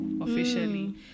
officially